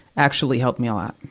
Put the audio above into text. actually helped me a lot.